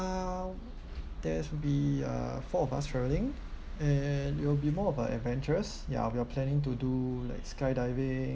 ~(um) there should be uh four of us travelling and it will be more of uh adventurous ya we are planning to do like skydiving